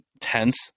tense